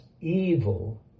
evil